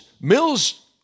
Mills